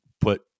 put